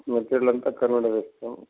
material అంతా అక్కడ నుండే తెస్తాము